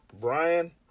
Brian